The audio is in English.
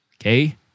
okay